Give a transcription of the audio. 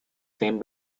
same